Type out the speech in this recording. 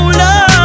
love